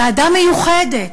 ועדה מיוחדת